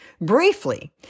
Briefly